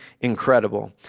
incredible